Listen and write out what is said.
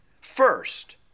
first